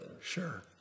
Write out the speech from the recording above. sure